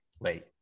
late